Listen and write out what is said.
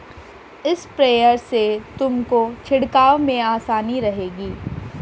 sprayer से तुमको छिड़काव में आसानी रहेगी